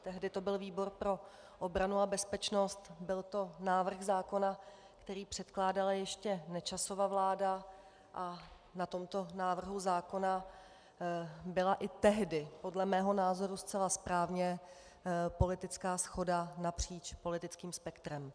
Tehdy to byl výbor pro obranu a bezpečnost, byl to návrh zákona, který předkládala ještě Nečasova vláda, a na tomto návrhu zákona byla i tehdy podle mého názoru zcela správně politická shoda napříč politickým spektrem.